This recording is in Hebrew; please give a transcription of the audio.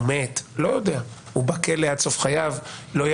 הוא מת, הוא בכלא עד סוף חייו לא יודע